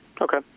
Okay